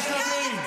לפי השלבים.